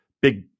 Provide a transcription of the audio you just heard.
big